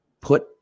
put